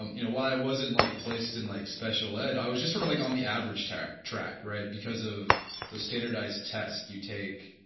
um you know why i wasn't like placed in like special ed. i was just sort of like on the average track track right, because of the standardized test you take,